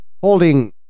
holding